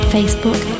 Facebook